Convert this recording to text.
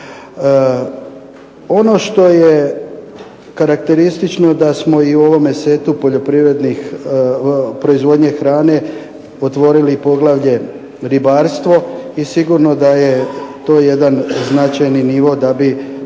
Ono što je karakteristično da smo i u ovome setu poljoprivrednih, proizvodnje hrane otvorili poglavlje ribarstvo i sigurno da je to jedan značajni nivo da bi